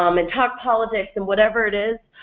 um and talk politics and whatever it is?